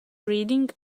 reading